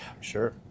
Sure